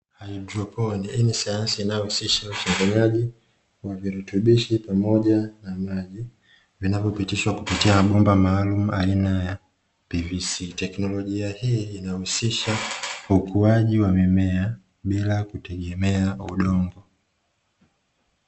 Haidroponi, hii ni sayansi inaojihusisha na uchanganyaji wa virutubisho pamoja na maji vinavyopitishwa katika mabomba maalumu aina ya 'pvc'. Teknolojia hii inahusisha ukuaji wa mimea bila kutegemea udongo.